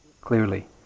clearly